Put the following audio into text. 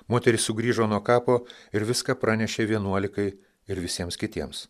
moterys sugrįžo nuo kapo ir viską pranešė vienuolikai ir visiems kitiems